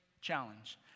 Challenge